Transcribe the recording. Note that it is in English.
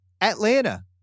Atlanta